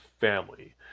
family